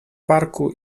parku